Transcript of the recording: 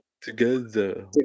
Together